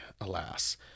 Alas